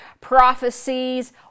prophecies